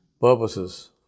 purposes